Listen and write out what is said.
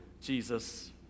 Jesus